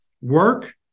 work